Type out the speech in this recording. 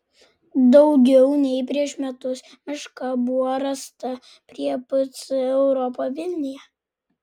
daugiau nei prieš metus meška buvo rasta prie pc europa vilniuje